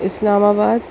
اسلام آباد